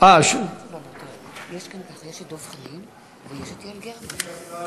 אישרה לי שאילתה.